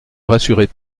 rassurer